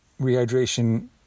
rehydration